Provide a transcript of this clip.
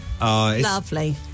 Lovely